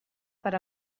per